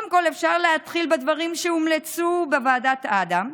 קודם כול, אפשר להתחיל בדברים שהומלצו בוועדת אדם,